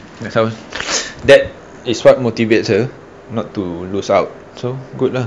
and so that is what motivates her not to lose out so good lah